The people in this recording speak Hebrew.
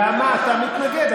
למה אתה מתנגד?